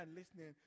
listening